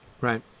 Right